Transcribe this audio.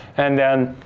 and then,